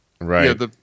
Right